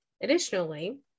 Additionally